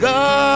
God